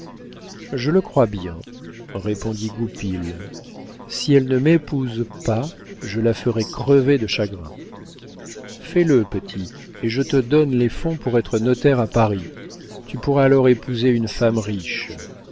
je le crois bien répondit goupil si elle ne m'épouse pas je la ferai crever de chagrin fais-le petit et je te donne les fonds pour être notaire à paris tu pourras alors épouser une femme riche